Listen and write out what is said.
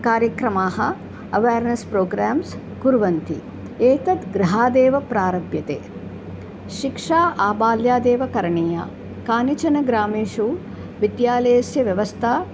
कार्यक्रमाः awareness programmes कुर्वन्ति एतत् गृहादेव प्रारभ्यते शिक्षा आबाल्यादेव करणीया कानिचन ग्रामेषु विद्यालयस्य व्यवस्था